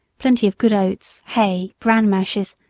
plenty of good oats, hay, bran mashes,